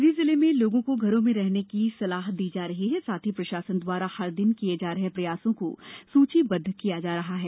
सीधी जिले में लोगों को घरों में रहने की सलाह दी जा रही है साथ ही प्रशासन दवारा हर दिन किए जा रहे प्रयासों को सूचीबद्ध किया जा रहा है